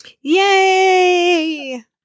Yay